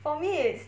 for me it's